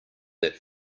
that